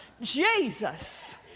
Jesus